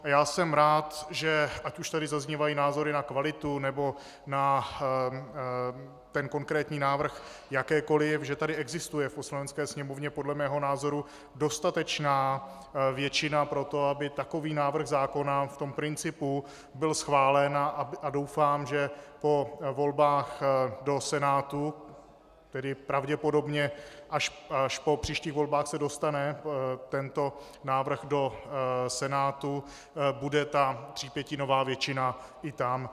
A já jsem rád, že ať už tady zaznívají názory na kvalitu nebo na konkrétní návrh jakékoliv, že tady existuje v Poslanecké sněmovně podle mého názoru dostatečná většina pro to, aby takový návrh zákona v tom principu byl schválen, a doufám, že po volbách do Senátu, tedy pravděpodobně až po příštích volbách, se dostane tento návrh do Senátu, bude třípětinová většina i tam.